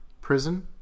Prison